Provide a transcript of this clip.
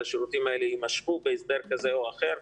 שהשירותים האלה יימשכו בהסדר כזה או אחר.